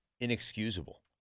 inexcusable